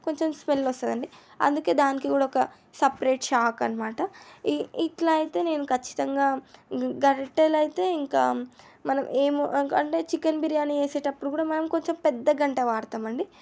కొంచెం స్మెల్ వస్తుందండి అందుకే దానికి కూడా ఒక సపరేట్ చాకు అనమాట ఈ ఇట్లా అయితే నేను ఖచ్చితంగా గరిటలైతే ఇంకా మనం ఏమో అంటే చికెన్ బిర్యాని చేసేటప్పుడు కూడా మనం కొంచం పెద్ద గంటె వాడుతాం అండి